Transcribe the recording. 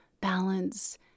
balance